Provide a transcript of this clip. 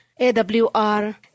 AWR